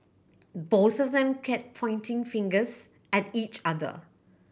both of them kept pointing fingers at each other